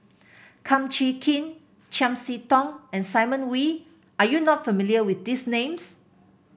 Kum Chee Kin Chiam See Tong and Simon Wee are you not familiar with these names